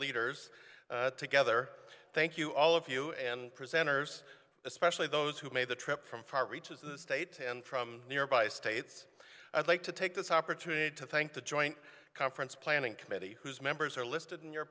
leaders together thank you all of you and presenters especially those who made the trip from far reaches of the state and from nearby states i'd like to take this opportunity to thank the joint conference planning committee whose members are listed in your